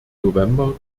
november